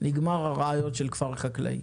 נגמר הרעיון של כפר חקלאי.